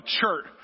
church